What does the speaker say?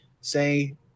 say